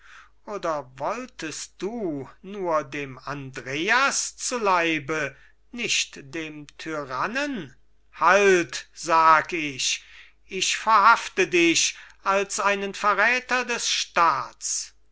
oder wolltest du nur dem andreas zu leibe nicht dem tyrannen halt sag ich ich verhafte dich als einen verräter des staats